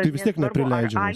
tai vis tiek neprileidžiamas